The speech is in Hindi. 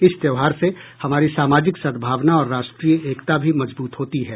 इस त्योहार से हमारी सामाजिक सद्भावना और राष्ट्रीय एकता भी मजब्रत होती है